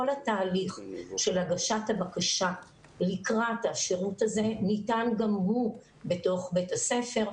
כל התהליך של הגשת הבקשה לקראת השירות הזה ניתן גם הוא בתוך בית הספר.